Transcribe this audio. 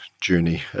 journey